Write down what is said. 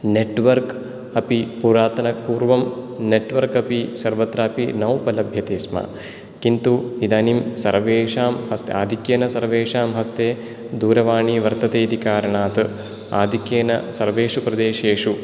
network अपि पुरातन पूर्वं नेट्वर्क् अपि सर्वत्रापि न उपलभ्यते स्म किन्तु इदानीं सर्वेषां हस्ते आधिक्येन सर्वेषां हस्ते दूरवाणी वर्तते इति कारणात् आधिक्येन सर्वेषु प्रदेशेषु